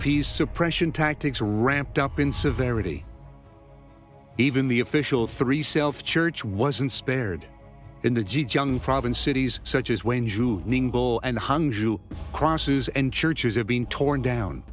suppression tactics ramped up in severity even the official three self church wasn't spared in the g junge province cities such as wayne jew and hung jew crosses and churches have been torn down